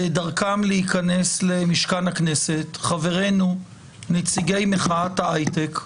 בדרכם להיכנס למשכן הכנסת חברינו נציגי מחאת ההיי-טק,